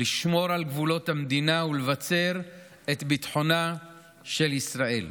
לשמור על גבולות המדינה ולבצר את ביטחונה של ישראל.